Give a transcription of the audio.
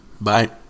Bye